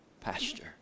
pasture